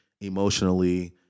emotionally